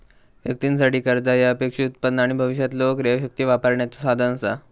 व्यक्तीं साठी, कर्जा ह्या अपेक्षित उत्पन्न आणि भविष्यातलो क्रयशक्ती वापरण्याचो साधन असा